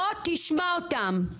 בוא תשמע אותם,